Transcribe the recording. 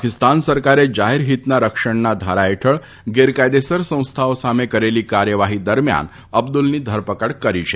પાકિસ્તાન સરકારે જાહેર હીતના રક્ષણના ધારા હેઠળ ગેરકાયદેસર સંસ્થાઓ સામે કરેલી કાર્યવાહી દરમિયાન અબ્દુલની ધરપકડ કરાઈ છે